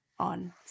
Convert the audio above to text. On